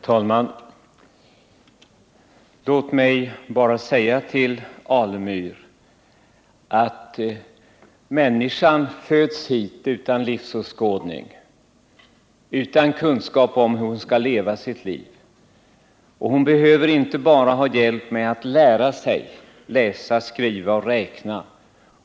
Herr talman! Låt mig bara säga till Stig Alemyr att människan föds hit utan livsåskådning, utan kunskap hur hon skall leva sitt liv. Hon behöver inte bara ha hjälp med att lära sig läsa, skriva och räkna.